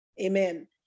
Amen